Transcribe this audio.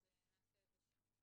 אז נעשה את זה שם.